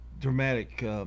dramatic